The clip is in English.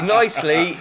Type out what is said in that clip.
nicely